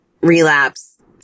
relapse